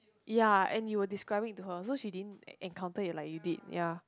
ya and you were describing it to her so she didn't encounter it like you did ya